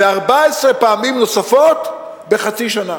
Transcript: זה 14 פעמים נוספות בחצי שנה.